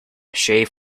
shave